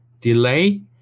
delay